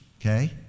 okay